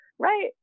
right